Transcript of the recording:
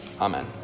Amen